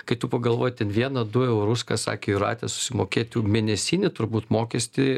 kai tu pagalvoti ten vieną du eurus ką sakė jūratė susimokėt juk mėnesinį turbūt mokestį